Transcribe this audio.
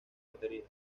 batería